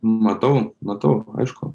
matau matau aišku